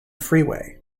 freeway